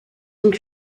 and